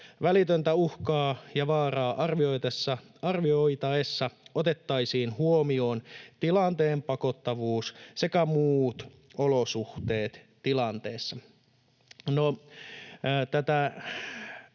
Välitöntä uhkaa ja vaaraa arvioitaessa otettaisiin huomioon tilanteen pakottavuus sekä muut olosuhteet tilanteessa.”